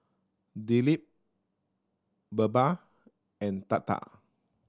Dilip Birbal and Tata